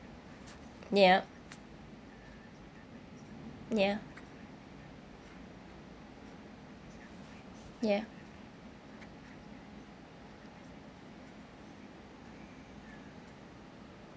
yup ya ya